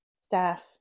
staff